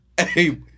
hey